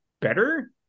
better